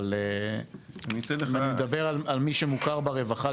אבל אני מדבר על מי שמוכר לרווחה.